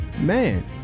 man